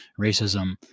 racism